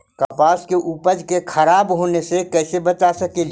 कपास के उपज के खराब होने से कैसे बचा सकेली?